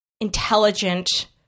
intelligent